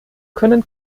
können